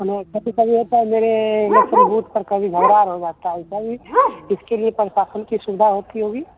हाँ कभी कभी लगता है मेरे एलेक्सन बूथ पर कभी भरमार हो जाता है कभी इसके लिए प्रशासन की सुविधा होती होगी